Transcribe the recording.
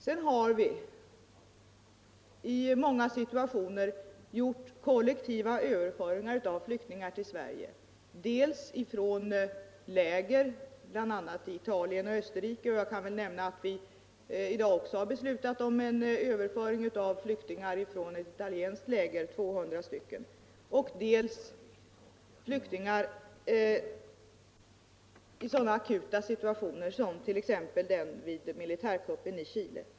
Sedan har vi i många situationer gjort kollektiva överföringar av flyktingar till Sverige, dels flyktingar från läger bl.a. i Italien och Österrike —- jag kan nämna att vi i dag har beslutat om en överföring av 200 flyktingar från ett italienskt läger —, dels flyktingar i sådana akuta situationer som t.ex. den vid militärkuppen i Chile.